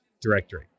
directory